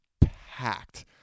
packed